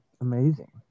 amazing